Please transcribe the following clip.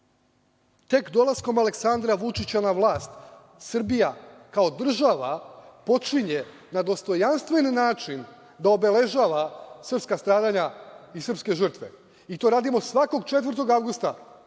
dolaskom Aleksandra Vučića na vlast Srbija kao država počinje na dostojanstven način da obeležava srpska stradanja i srpske žrtve. I to radimo svakog 4. avgusta